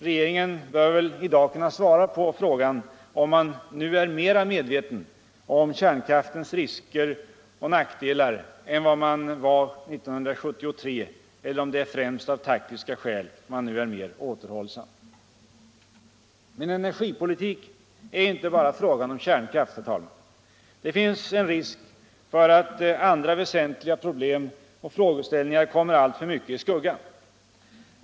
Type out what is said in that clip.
Regeringen bör väl i dag kunna svara på frågan om man nu är mera medveten om kärnkraftens risker och nackdelar än vad man var 1973, eller om det är främst av taktiska skäl som man nu är mer återhållsam. Men energipolitik är inte bara frågan om kärnkraft, herr talman. Det finns en risk för att andra väsentliga problem och frågeställningar kommer alltför mycket i skuggan.